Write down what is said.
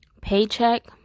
paycheck